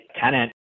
tenant